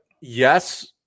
yes